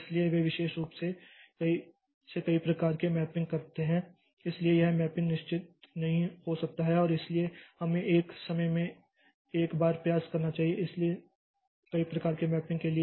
इसलिए वे विशेष रूप से कई से कई प्रकार के मैपिंग करते हैं इसलिए यह मैपिंग निश्चित नहीं हो सकता है और इसलिए हमें एक समय में एक बार प्रयास करना होगा इसलिए कई प्रकार के मैपिंग के लिए